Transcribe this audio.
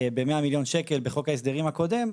ב-100 מיליון שקל בחוק ההסדרים הקודם,